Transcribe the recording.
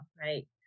right